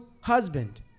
husband